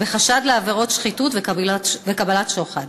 בחשד לעבירות שחיתות וקבלת שוחד.